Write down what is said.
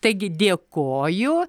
taigi dėkoju